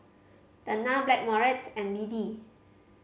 Tena Blackmores and B D